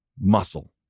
Muscle